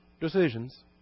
decisions